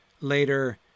later